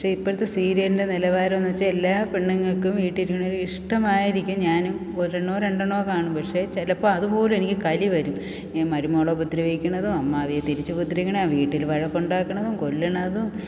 പക്ഷേ ഇപ്പോഴത്തെ സീരിയലിൻ്റെ നിലവാരം എന്നുവെച്ചാൽ എല്ലാ പെണ്ണുങ്ങൾക്കും വീട്ടിലിരിക്കണവർക്കും ഇഷ്ടമായിരിക്കും ഞാനും ഒരെണ്ണമോ രണ്ടെണ്ണമോ കാണും പക്ഷെ ചിലപ്പോൾ അതുപോലും എനിക്ക് കലിവരും ഈ മരുമകളെ ഉപദ്രവിക്കണതും അമ്മായിയെ തിരിച്ച് ഉപദ്രവിക്കണതും വീട്ടിൽ വഴക്കുണ്ടാക്കണതും കൊല്ലണതും